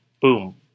Boom